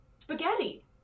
spaghetti